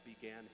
began